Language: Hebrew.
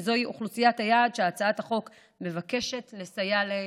וזוהי אוכלוסיית היעד שהצעת החוק מבקשת לסייע לה.